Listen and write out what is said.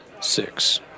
Six